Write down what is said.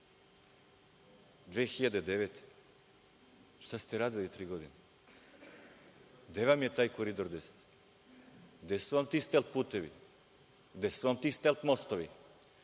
šta ste radili tri godine? Gde vam je taj Koridor 10? Gde su vam ti stelt putevi, gde su vam ti stelt mostovi?